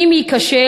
אם יהיה כישלון,